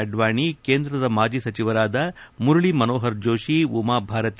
ಅಡ್ವಾಣಿ ಕೇಂದ್ರ ಮಾಜಿಸಚಿವರಾದ ಮುರಳೀ ಮನೋಹರ್ ಜೋಶಿ ಉಮಾಭಾರತಿ